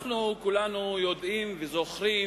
כולנו יודעים וזוכרים